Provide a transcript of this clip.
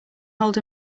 hold